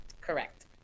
Correct